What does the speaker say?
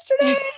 yesterday